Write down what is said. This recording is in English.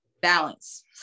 Balance